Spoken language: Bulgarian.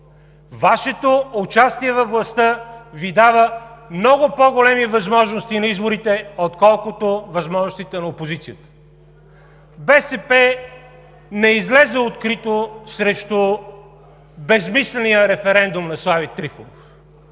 Вашето участие във властта Ви дава много по-големи възможности на изборите, отколкото възможностите на опозицията. БСП не излезе открито срещу безсмисления референдум на Слави Трифонов,